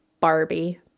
Barbie